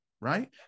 right